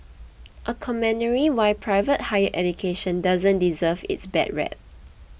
a commentary why private higher education doesn't deserve its bad rep